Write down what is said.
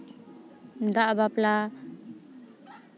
ᱫᱟᱜ ᱵᱟᱯᱞᱟ